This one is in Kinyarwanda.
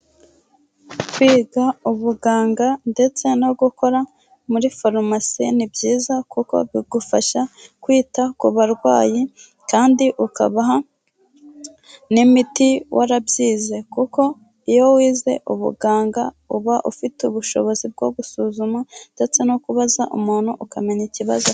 Kwiga ubuganga ndetse no gukora muri farumasi ni byiza kuko bigufasha kwita ku barwayi, kandi ukabaha n'imiti warabyize, kuko iyo wize ubuganga uba ufite ubushobozi bwo gusuzuma ndetse no kubaza umuntu, ukamenya ikibazo afite.